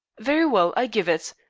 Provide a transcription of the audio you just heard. very well, i give it.